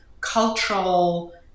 cultural